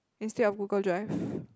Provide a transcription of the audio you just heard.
instead of Google Drive